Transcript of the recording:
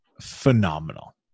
phenomenal